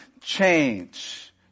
change